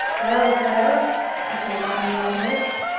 well, sarah he called out in a loud voice,